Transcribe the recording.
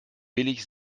billig